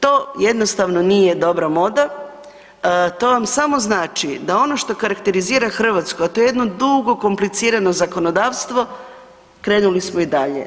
To jednostavno nije dobra moda, to vam samo znači da ono što karakterizira Hrvatsku, a to je jedno dugo komplicirano zakonodavstvo krenuli smo i dalje.